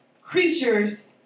creatures